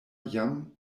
jam